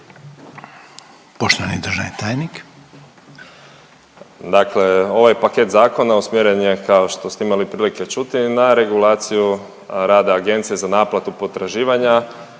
**Zoričić, Davor** Dakle, ovaj paket zakona usmjeren je kao što ste imali prilike čuti na regulaciju rada agencije za naplatu potraživanja,